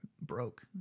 broke